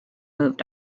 moved